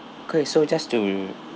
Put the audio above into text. okay so just to